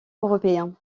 européen